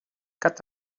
got